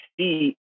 see